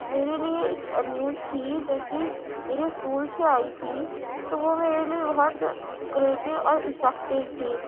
میرے لیے ایک نیوز تھی جو کہ میرے اسکول سے آئی تھی تو وہ میرے لیے بہت کریٹیو اور افکٹیو تھی